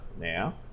now